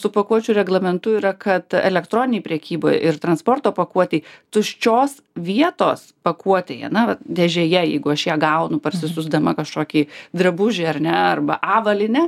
su pakuočių reglamentu yra kad elektroninėj prekyboj ir transporto pakuotėj tuščios vietos pakuotėje na dėžėje jeigu aš ją gaunu parsisiųsdama kažkokį drabužį ar ne arba avalynę